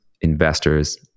investors